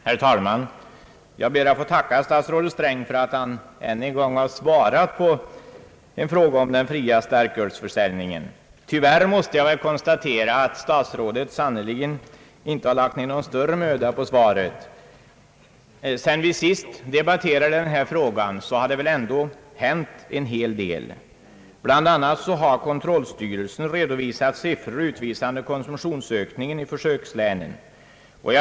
Herr talman! Jag ber att få tacka statsrådet Sträng för att han än gång har svarat på en fråga om den fria starkölsförsäljningen. Tyvärr måste jag konstatera att statsrådet sannerligen inte har lagt ned någon större möda på svaret. Sedan vi sist debatterade denna fråga har ändå en hel del hänt. Bl. a. har kontrollstyrelsen redovisat siffror som visar konsumtionsökningen i försökslänen.